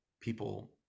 People